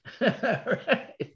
Right